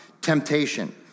temptation